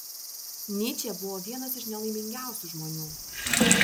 nyčė buvo vienas iš nelaimingiausių žmonių